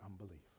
unbelief